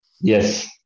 yes